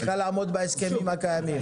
היא צריכה לעמוד בהסכמים הקיימים.